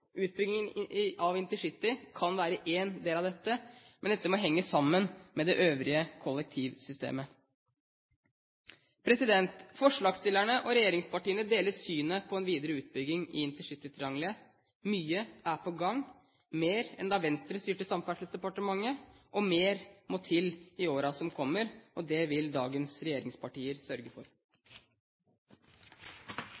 kan være en del av dette, men dette må henge sammen med det øvrige kollektivsystemet. Forslagsstillerne og regjeringspartiene deler synet på en videre utbygging i intercitytriangelet. Mye er på gang, mer enn da Venstre styrte samferdselsdepartementet, og mer må til i årene som kommer. Det vil dagens regjeringspartier sørge for.